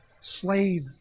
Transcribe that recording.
slave